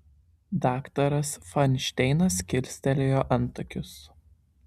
daktaras fainšteinas kilstelėjo antakius